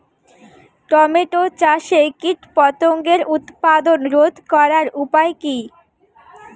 Tomato চাষে কীটপতঙ্গের উৎপাত রোধ করার উপায় কী?